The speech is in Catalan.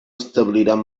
establiran